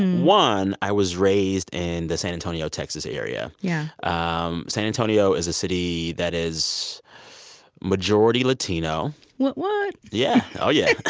one, i was raised in and the san antonio, texas area. yeah um san antonio is a city that is majority latino what, what? yeah. oh yeah.